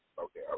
Okay